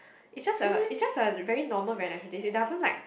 is just a is just a very normal very nice it doesn't like